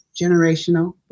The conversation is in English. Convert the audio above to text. generational